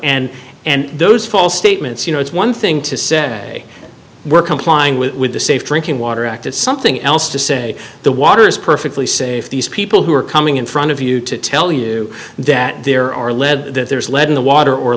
and and those false statements you know it's one thing to say we're complying with the safe drinking water act it's something else to say the water is perfectly safe these people who are coming in front of you to tell you that there are lead that there is lead in the water or